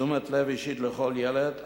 תשומת לב אישית לכל ילד,